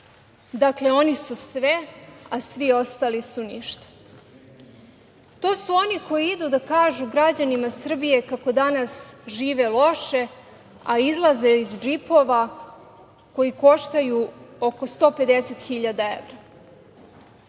oni. Dakle, oni su sve, a svi ostali su ništa. To su oni koji idu da kažu građanima Srbije kako danas žive loše a izlaze iz džipova koji koštaju oko 150.000 evra.